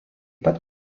pat